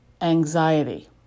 anxiety